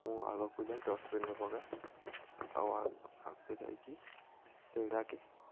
ମୁଁ ଆଗକୁ ଯାଏ ଡଷ୍ଟବିନ୍ରେ ପକାଏ ଆଉ ଆଗକୁ ଆଗକୁ ଯାଇକି ସେଇଟାକି